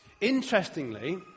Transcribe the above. Interestingly